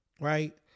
right